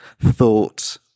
thought